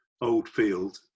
Oldfield